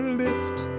lift